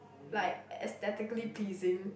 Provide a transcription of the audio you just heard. like aesthetically pleasing